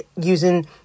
using